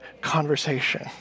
conversation